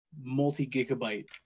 multi-gigabyte